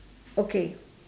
okay